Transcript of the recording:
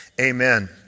Amen